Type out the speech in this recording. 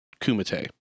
kumite